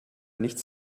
nichts